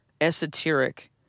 esoteric